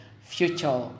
future